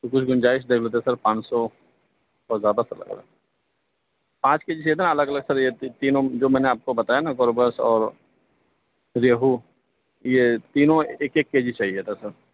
تو کوئی گُنجائش دیکھ لیتے سر پانچ سو بہت زیادہ فرق لگا پانچ کے جی چاہیے تھا الگ الگ سر یہ تینوں جو میں نے آپ کو بتایا نا کریبس اور ریہو یہ تینوں ایک ایک کے جی چاہیے تھا سر